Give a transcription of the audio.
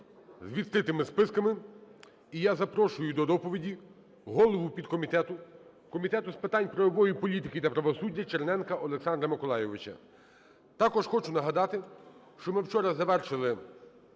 з відкритими списками. І я запрошую до доповіді голову підкомітету Комітету з питань правової політики та правосуддя Черненка Олександра Миколайовича. Також хочу нагадати, що ми вчора завершили